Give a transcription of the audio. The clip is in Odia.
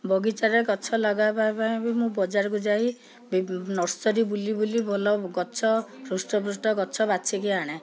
ବଗିଚାରେ ଗଛ ଲଗାଇବା ପାଇଁ ମୁଁ ବଜାରକୁ ଯାଇ ନର୍ସରୀ ବୁଲି ବୁଲି ଭଲ ଗଛ ହୃଷ୍ଟପୃଷ୍ଟ ଗଛ ବାଛି କି ଆଣେ